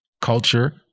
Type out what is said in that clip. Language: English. culture